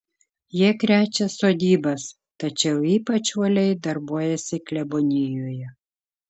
jie krečia sodybas tačiau ypač uoliai darbuojasi klebonijoje